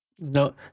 No